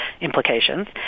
implications